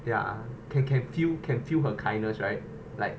ya can can feel can feel her kindness right like